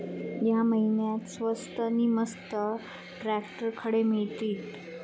या महिन्याक स्वस्त नी मस्त ट्रॅक्टर खडे मिळतीत?